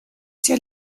sia